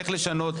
איך לשנות,